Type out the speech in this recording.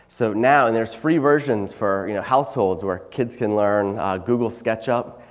so now and there's free versions for households where kids can learn google sketchup.